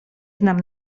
znam